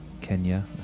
kenya